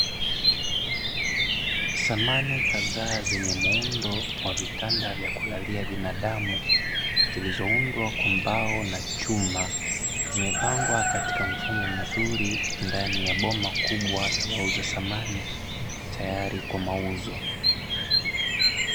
Samani kadhaa zenye muundo wa vitanda vya kulalia binadamu zilizoundwa kwa mbao na chuma, zimepangwa katika mfumo mzuri ndani ya boma kubwa la samani tayari kwa mauzo.